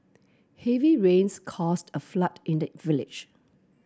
heavy rains caused a flood in the village